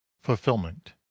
Fulfillment